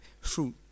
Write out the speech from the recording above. fruit